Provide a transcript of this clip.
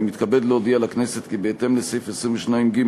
אני מתכבד להודיע לכנסת כי בהתאם לסעיף 22(ג)